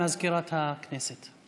הודעה למזכירת הכנסת.